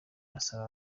asaba